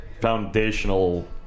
foundational